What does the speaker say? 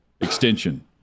extension